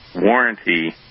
warranty